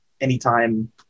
anytime